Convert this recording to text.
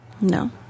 No